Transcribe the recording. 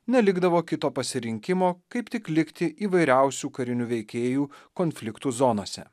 nelikdavo kito pasirinkimo kaip tik likti įvairiausių karinių veikėjų konfliktų zonose